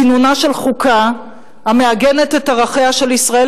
כינונה של חוקה המעגנת את ערכיה של ישראל